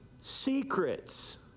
secrets